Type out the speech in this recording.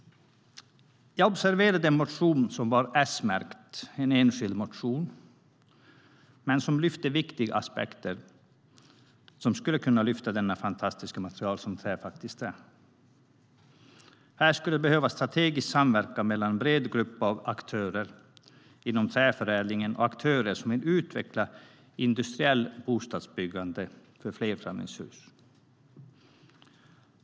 Jag observerade en motion som var S-märkt, en enskild motion. I den lyftes viktiga aspekter upp som skulle kunna lyfta det fantastiska material som trä faktiskt är. Här skulle det behövas en strategisk samverkan mellan en bred grupp av aktörer inom träförädlingen och aktörer som vill utveckla industriellt bostadsbyggande av flerfamiljshus.